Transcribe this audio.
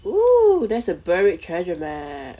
oh there's a buried treasure map